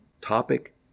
topic